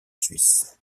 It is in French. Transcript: suisse